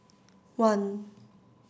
one